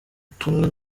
tumwe